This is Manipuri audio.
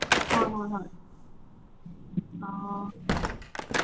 ꯍꯣꯏ ꯍꯣꯏ ꯍꯣꯏ ꯑꯣ